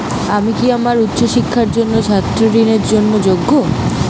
আমি কি আমার উচ্চ শিক্ষার জন্য ছাত্র ঋণের জন্য যোগ্য?